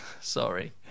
sorry